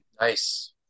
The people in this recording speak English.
Nice